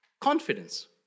confidence